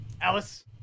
Alice